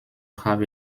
have